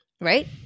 right